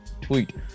tweet